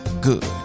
good